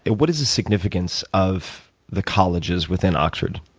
and what is the significance of the colleges within oxford?